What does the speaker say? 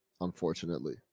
unfortunately